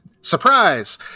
surprise